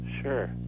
Sure